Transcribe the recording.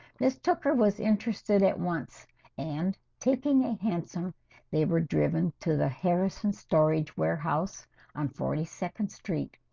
miss tucker was interested at once and taking a hansom they were driven to the harrison storage warehouse on forty second street,